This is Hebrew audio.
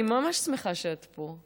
אני ממש שמחה שאת פה,